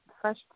Fresh